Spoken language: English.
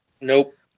Nope